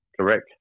Correct